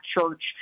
church